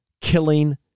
killing